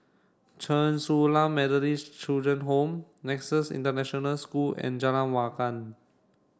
Chen Su Lan Methodist Children Home Nexus International School and Jalan Awan